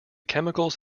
chemicals